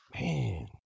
Man